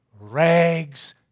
rags